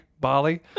Bali